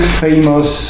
famous